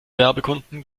werbekunden